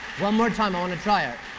one more time, i want to try it.